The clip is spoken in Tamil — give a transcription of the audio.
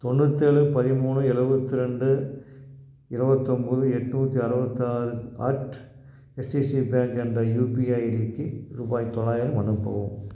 தொண்ணூத்தேழு பதிமூணு எழுபத்ரெண்டு இருபத்தொம்போது எட்நூற்றி அறுபத்தாறு அட் ஹெச்டிஎஃப்சி பேங்க் என்ற யுபிஐ ஐடிக்கு ரூபாய் தொள்ளாயிரம் அனுப்பவும்